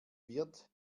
wird